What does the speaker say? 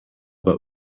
but